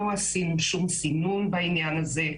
לא עשינו שום סינון בעניין הזה.